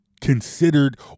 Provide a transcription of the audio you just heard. considered